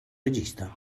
regista